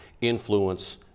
influence